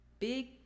big